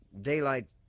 daylight